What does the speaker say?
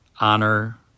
honor